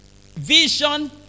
Vision